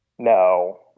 No